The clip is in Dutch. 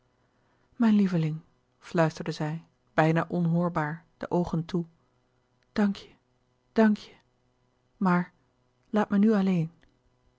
mijn lieveling fluisterde zij bijna onhoorbaar de oogen toe dank je dank je maar laat mij nu alleen